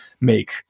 make